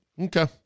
Okay